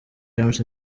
james